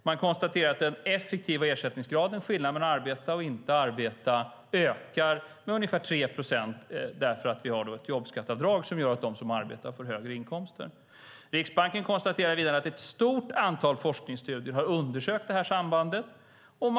Man konstaterar att den effektiva ersättningsgraden, skillnaden mellan att arbeta och att inte arbeta, ökar med ungefär 3 procent därför att vi har ett jobbskatteavdrag som gör att de som arbetar får högre inkomster. Vidare konstaterar Riksbanken att det här sambandet undersökts i ett stort antal forskningsstudier.